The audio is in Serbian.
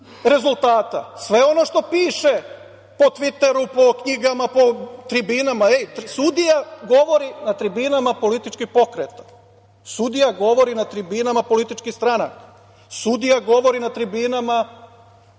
rezultata, sve ono što piše po Tviteru, po knjigama, po tribinama. Ej, sudija govori na tribinama političkih pokreta? Sudija govori na tribinama političkih stranaka? Sudija govori na tribinama,